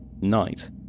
night